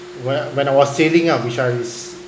when when I was sailing uh which I was